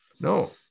no